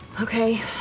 Okay